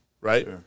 right